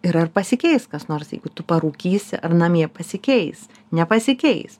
ir ar pasikeis kas nors jeigu tu parūkysi ar namie pasikeis nepasikeis